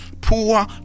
Poor